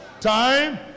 Time